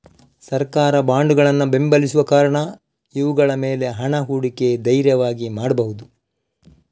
ಸರ್ಕಾರ ಬಾಂಡುಗಳನ್ನ ಬೆಂಬಲಿಸುವ ಕಾರಣ ಇವುಗಳ ಮೇಲೆ ಹಣ ಹೂಡಿಕೆ ಧೈರ್ಯವಾಗಿ ಮಾಡ್ಬಹುದು